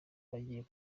bagiye